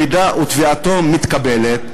אם תביעתו מתקבלת,